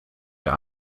der